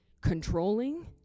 controlling